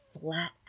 flat